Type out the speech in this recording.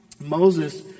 Moses